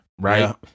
right